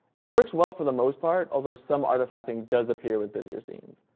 it works well for the most part, although some artifacting does appear with busier scenes.